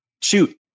Shoot